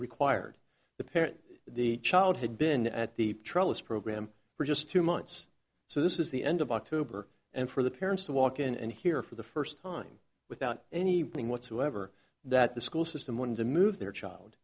required the parent the child had been at the trellis program for just two months so this is the end of october and for the parents to walk in and hear for the first time without any thing whatsoever that the school system wanted to move their child